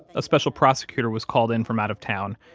a special prosecutor was called in from out of town,